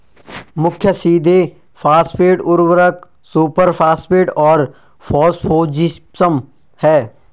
मुख्य सीधे फॉस्फेट उर्वरक सुपरफॉस्फेट और फॉस्फोजिप्सम हैं